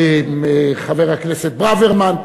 חבר הכנסת ברוורמן,